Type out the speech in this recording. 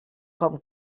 com